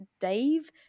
Dave